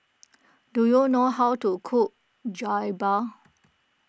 do you know how to cook Jokbal